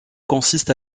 consiste